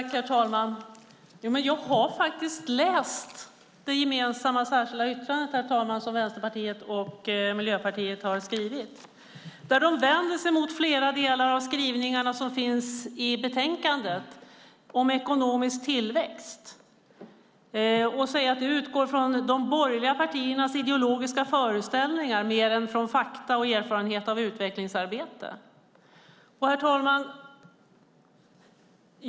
Herr talman! Jo, jag har faktiskt läst det gemensamma särskilda yttrandet, som Vänsterpartiet och Miljöpartiet har skrivit. Där vänder de sig mot flera delar av de skrivningar som finns i betänkandet om ekonomisk tillväxt och säger att de mer utgår från de borgerliga partiernas ideologiska föreställningar än från fakta och erfarenhet av utvecklingsarbete. Herr talman!